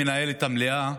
מנהל את המליאה,